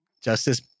Justice